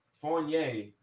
fournier